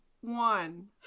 one